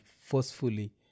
forcefully